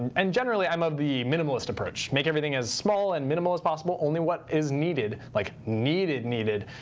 and generally, i'm of the minimalist approach. make everything as small and minimal as possible. only what is needed, like needed, needed,